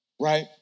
right